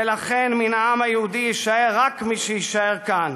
ולכן מן העם היהודי יישאר רק מי שיישאר כאן.